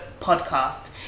podcast